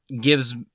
gives